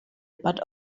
but